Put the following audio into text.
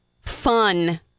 fun